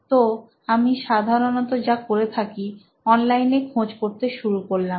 তো আমি সাধারণত যা করে থাকি অনলাইনে খোঁজ করতে শুরু করলাম